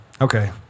Okay